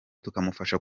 tukamufasha